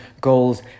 goals